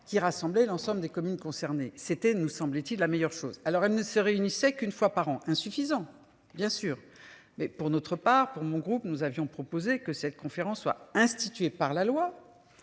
qu'rassembler l'ensemble des communes concernées. C'était nous semble-t-il la meilleure chose alors elle ne se réunissait qu'une fois par an, insuffisant bien sûr mais pour notre part pour mon groupe nous avions proposé que cette conférence soit instituée par la loi.